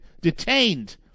detained